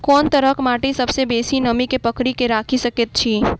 कोन तरहक माटि सबसँ बेसी नमी केँ पकड़ि केँ राखि सकैत अछि?